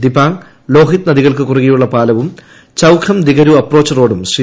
ദിബാങ് ലോഹിത് നദികൾക്ക് കുറുകെയുള്ള പാലവും ചൌഖം ദിഗരു അപ്പോച്ച് റോഡും ശ്രീ